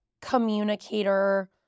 communicator